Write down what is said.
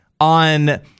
on